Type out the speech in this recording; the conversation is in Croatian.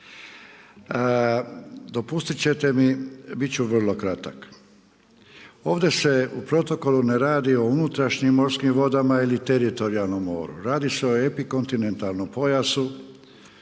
Dopustit ćete mi bit ću vrlo kratak. Ovdje se u protokolu ne radi o unutrašnjim morskim vodama ili teritorijalnom moru, radi se o epikontinentalnom pojasu